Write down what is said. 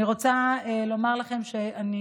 אני רוצה לומר לכם שאני